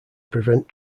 prevent